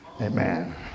amen